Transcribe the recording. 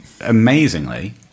amazingly